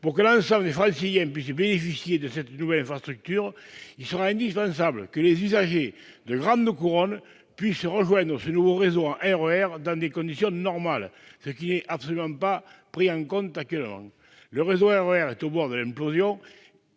Pour que l'ensemble des Franciliens puissent bénéficier de cette nouvelle infrastructure, il sera indispensable que les usagers de la grande couronne puissent rejoindre ce nouveau réseau en RER dans des conditions normales, ce qui n'est absolument pas pris en compte actuellement. Le réseau RER, quand il